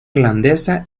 irlandesa